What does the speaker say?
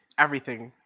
everything.